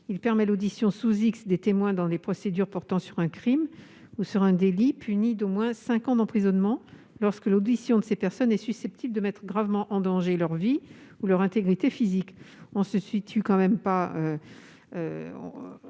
permet l'audition sous X des témoins dans les procédures portant sur un crime ou sur un délit puni d'au moins cinq ans d'emprisonnement, lorsque l'audition de ces personnes est susceptible de mettre gravement en danger leur vie ou leur intégrité physique. On n'en est tout de même pas